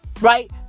right